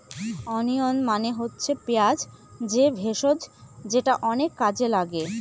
onion মানে হচ্ছে পেঁয়াজ যে ভেষজ যেটা অনেক কাজে লাগে